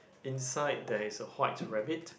inside there's a white rabbit